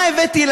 מה הבאתי,